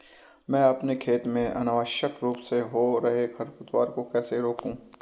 मैं अपने खेत में अनावश्यक रूप से हो रहे खरपतवार को कैसे रोकूं?